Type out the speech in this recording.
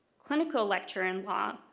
clinical lecturer in law,